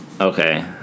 Okay